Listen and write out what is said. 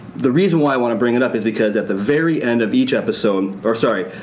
the reason why i want to bring it up is because at the very end of each episode. or, sorry,